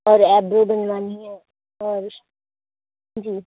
اور eyebrow بنوانی ہے اور جی